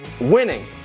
winning